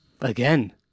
Again